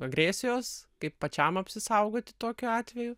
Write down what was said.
agresijos kaip pačiam apsisaugoti tokiu atveju